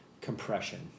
compression